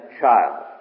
child